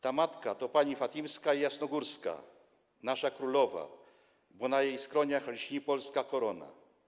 Ta matka to Pani Fatimska i Jasnogórska, nasza Królowa, bo na jej skroniach lśni polska korona.